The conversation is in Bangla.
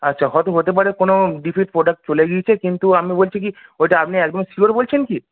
আচ্ছা হয়তো হতে পারে কোনো ডিফেক্ট প্রোডাক্ট চলে গিয়েছে কিন্তু আমি বলছি কি ওইটা আপনি একদম শিওর বলছেন কি